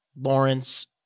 Lawrence